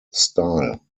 style